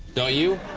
don't you?